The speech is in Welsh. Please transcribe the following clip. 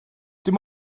dim